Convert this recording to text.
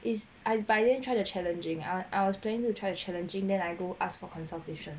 is I by then try do challenging ah I was planning to try to challenging then I go ask for consultation